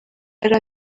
yari